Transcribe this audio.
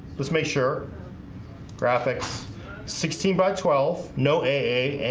let's make sure graphics sixteen by twelve know a